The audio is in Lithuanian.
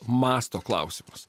masto klausimas